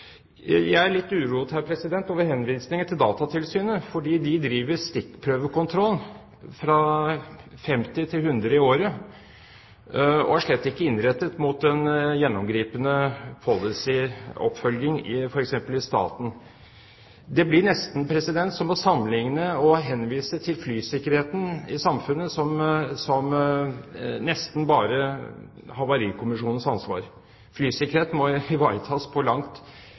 Jeg er litt uroet over henvisningen til Datatilsynet, fordi de driver stikkprøvekontroll – fra 50 til 100 i året – og er slett ikke innrettet mot en gjennomgripende policyoppfølging f.eks. i staten. Det blir nesten som å sammenligne med og henvise til flysikkerheten i samfunnet som nesten bare Havarikommisjonens ansvar. Flysikkerhet må ivaretas på langt